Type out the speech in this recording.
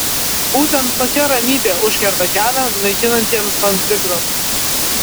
būtent tokia ramybė užkerta kelią naikinantiems konfliktams